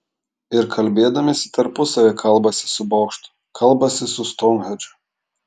ir kalbėdamiesi tarpusavyje kalbasi su bokštu kalbasi su stounhendžu